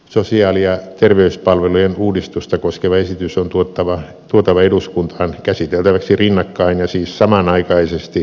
sosiaali ja terveyspalvelujen uudistusta koskeva esitys on tuotava eduskuntaan käsiteltäväksi rinnakkain ja siis samanaikaisesti kuntarakenneuudistuksen kanssa